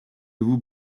vous